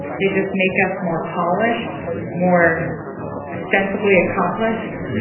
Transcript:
they just make us more polished, more ostensibly accomplished.